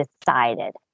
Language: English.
decided